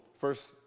first